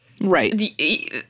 Right